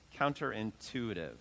counterintuitive